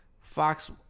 Fox